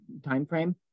timeframe